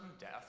death